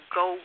go